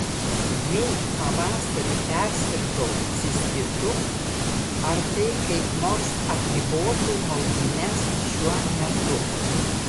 jei pavasarį persirgau cistitu ar tai kaip nors apribotų maudynes šiuo metu